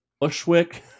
Bushwick